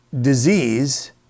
disease